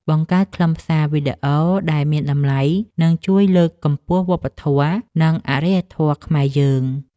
បង្កើតខ្លឹមសារវីដេអូដែលមានតម្លៃនឹងជួយលើកកម្ពស់វប្បធម៌ និង អរិយធម៌ខ្មែរយើង។